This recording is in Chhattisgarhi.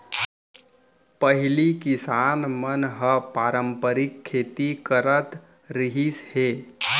पहिली किसान मन ह पारंपरिक खेती करत रिहिस हे